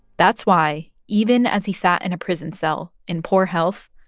that's why, even as he sat in a prison cell in poor health,